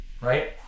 right